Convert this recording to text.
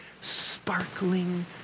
sparkling